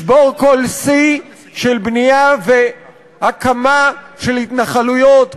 לשבור כל שיא של בנייה והקמה של התנחלויות,